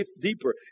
deeper